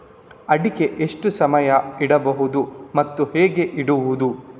ಅಡಿಕೆ ಎಷ್ಟು ಸಮಯ ಇಡಬಹುದು ಮತ್ತೆ ಹೇಗೆ ಇಡುವುದು?